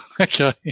Okay